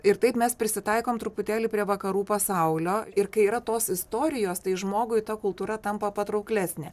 ir taip mes prisitaikom truputėlį prie vakarų pasaulio ir kai yra tos istorijos tai žmogui ta kultūra tampa patrauklesnė